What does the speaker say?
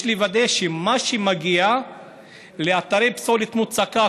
יש לוודא שמה שמגיע לאתרי פסולת מוצקה,